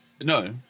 No